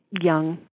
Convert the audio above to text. young